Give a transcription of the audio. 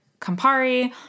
Campari